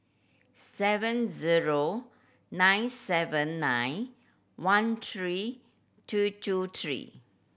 seven zero nine seven nine one three two two three